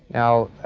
now,